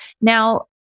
Now